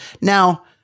Now